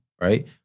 right